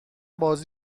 بازی